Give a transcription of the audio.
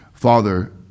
Father